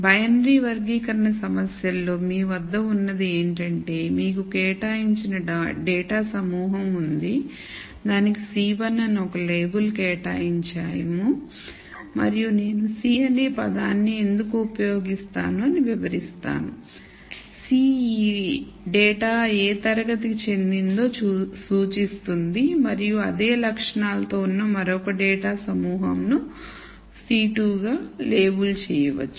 binary వర్గీకరణ సమస్యలలో మీ వద్ద ఉన్నది ఏంటంటేమీకు కేటాయించిన డేటా సమూహం ఉంది దానికి c1 అని ఒక లేబుల్ కేటాయించాం మరియు నేను c అనే పదాన్ని ఎందుకు ఉపయోగిస్తాను అని వివరిస్తాను c ఈ డేటా ఏ తరగతికి చెందినదో సూచిస్తుంది మరియు అదే లక్షణాలతో ఉన్న మరొక డేటా సమూహంను c2 గా లేబుల్ చేయవచ్చు